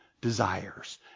desires